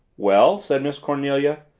well, said miss cornelia,